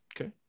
Okay